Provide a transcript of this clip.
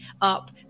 up